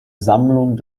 sammlung